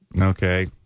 Okay